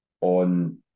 on